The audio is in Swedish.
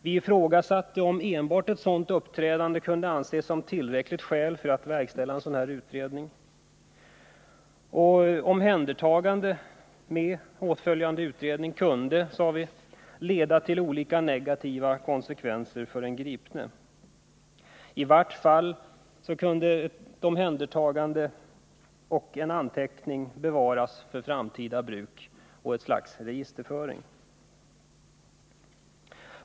Vi ifrågasatte om enbart ett sådant uppträdande kunde anses vara ett tillräckligt skäl för att verkställa en sådan utredning. Omhändertagande med åtföljande utredning kunde, sade vi, leda till olika negativa konsekvenser för den gripne. I vart fall kunde omhändertagandet resultera i en anteckning som bevaras för framtida bruk och ett slags registerföring.